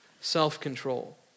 self-control